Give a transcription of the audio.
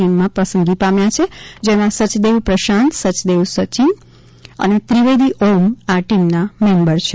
ટીમમાં પસંદગી પામ્યા છે જેમાં સચદેવ પ્રશાંત સચદેવ સચીન અને ત્રિવેદી ઓમ આ ટીમનાં મેમ્બર છે